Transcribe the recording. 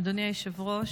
אדוני היושב-ראש,